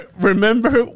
remember